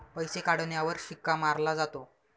पैसे काढण्यावर शिक्का मारला जातो